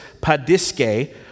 padiske